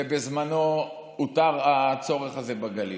בזמנו אותר הצורך הזה בגליל,